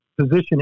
position